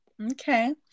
Okay